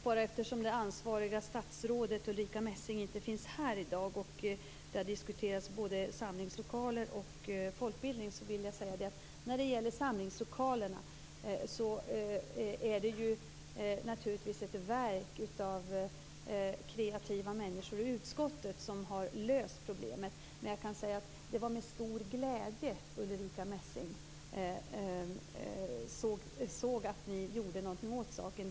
Fru talman! Det ansvariga statsrådet i frågan, Ulrica Messing, är inte här i dag - det har diskuterats både samlingslokaler och folkbildning. När det gäller samlingslokalerna är förslaget naturligtvis ett verk av kreativa människor i utskottet, som har löst problemet. Jag kan säga att det var med stor glädje som Ulrica Messing såg att ni gjorde någonting åt saken.